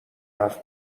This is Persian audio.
حرف